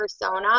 persona